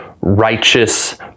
righteous